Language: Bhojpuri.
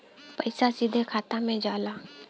पइसा सीधे खाता में जाला